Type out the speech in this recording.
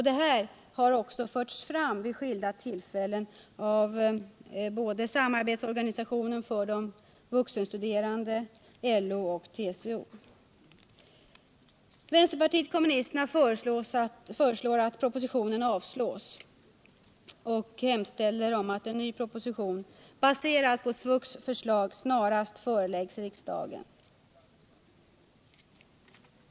Detta har också förts fram vid skilda tillfällen såväl av Samarbetsorganisationen för de vuxenstuderande som av LO och TCO. Vänsterpartiet kommunisterna föreslår att propositionen avslås och hemställer om att en ny proposition baserad på SVUX förslag snarast föreläggs riksdagen.